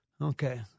Okay